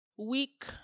week